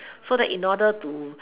so that in order to